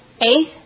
Eighth